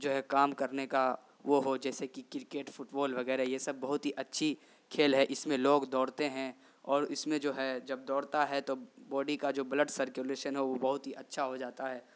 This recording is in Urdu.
جو ہے کام کرنے کا وہ ہو جیسے کہ کرکٹ فٹ بال وغیرہ یہ بہت ہی اچھی کھیل ہے اس میں لوگ دوڑتے ہیں اور اس میں جو ہے جب دوڑتا ہے تو بوڈی کا جو بلڈ سرکولیشن ہے وہ بہت ہی اچھا ہو جاتا ہے